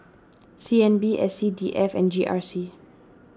C N B S C D F and G R C